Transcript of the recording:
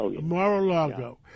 Mar-a-Lago